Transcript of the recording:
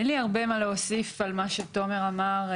אין לי הרבה להוסיף מבחינה מבצעית מעבר למה שתומר אמר.